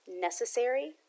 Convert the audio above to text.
Necessary